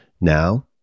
Now